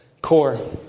core